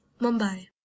Mumbai